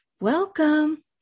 welcome